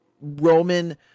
Roman –